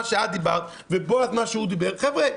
מה שאת דיברת ומה שבועז דיבר: חבר'ה,